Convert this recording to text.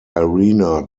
arena